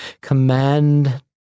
command